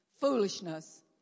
foolishness